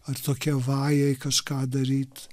ar tokie vajai kažką daryt